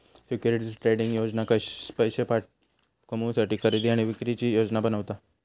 securities trading योजना पैशे कमवुसाठी खरेदी आणि विक्रीची योजना बनवता